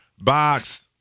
box